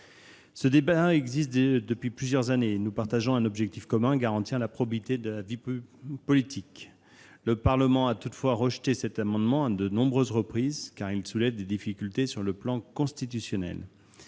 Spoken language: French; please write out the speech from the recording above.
Ce débat existe depuis plusieurs années. Nous partageons un objectif commun : garantir la probité de la vie politique. Toutefois, le Parlement a rejeté cet amendement à de nombreuses reprises, car celui-ci soulève des difficultés sur le plan constitutionnel.